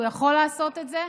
הוא יכול לעשות את זה,